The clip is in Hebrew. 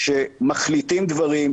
שמחליטים דברים,